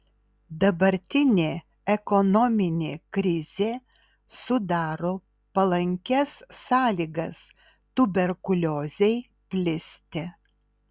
dabartinė ekonominė krizė sudaro palankias sąlygas tuberkuliozei plisti